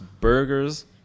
burgers